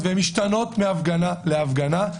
והן משתנות מהפגנה להפגנה,